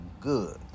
good